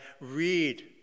read